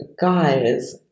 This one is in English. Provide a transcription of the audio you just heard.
guys